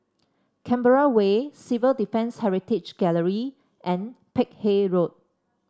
Canberra Way Civil Defence Heritage Gallery and Peck Hay Road